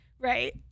Right